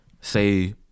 say